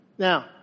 Now